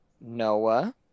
Noah